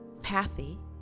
pathy